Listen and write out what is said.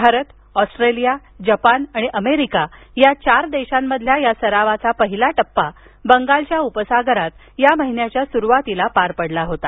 Bharat Australia Japan आणि America या चार देशांमधल्या या सरावाचा पहिला टप्पा बंगालच्या उपसागरात या महिन्याच्या स्रुवातीला पार पडला होता